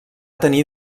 tenir